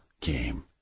came